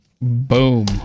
Boom